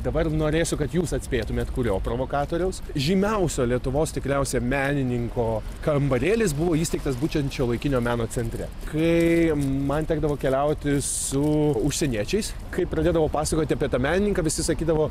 dabar norėsiu kad jūs atspėtumėt kurio provokatoriaus žymiausio lietuvos tikriausia menininko kambarėlis buvo įsteigtas būtent šiuolaikinio meno centre kai man tekdavo keliauti su užsieniečiais kai pradėdavau pasakoti apie tą menininką visi sakydavo